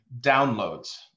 downloads